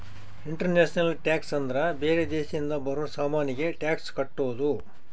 international tax ಅಂದ್ರ ಬೇರೆ ದೇಶದಿಂದ ಬರೋ ಸಾಮಾನಿಗೆ ಟ್ಯಾಕ್ಸ್ ಕಟ್ಟೋದು